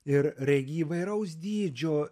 ir regi įvairaus dydžio